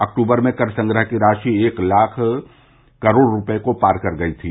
अक्टूबर में कर संग्रह की राशि एक लाख करोड़ रुपये को पार कर गई थी